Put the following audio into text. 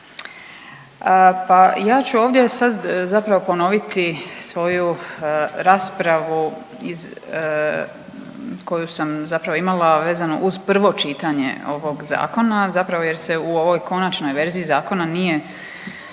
Pa ja ću ovdje sad zapravo ponoviti svoju raspravu iz koju sam zapravo imala vezano uz prvo čitanje ovog zakona zapravo jer se u ovoj konačnoj verziji zakona nije